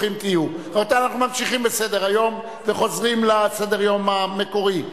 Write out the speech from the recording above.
בחוק התוכנית